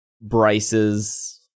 Bryce's